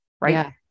Right